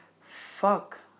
fuck